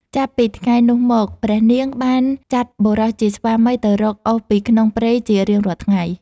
ចាប់ពីថ្ងៃនោះមក ព្រះនាងបានចាត់បុរសជាស្វាមីទៅរកអុសពីក្នុងព្រៃជារៀងរាល់ថ្ងៃ។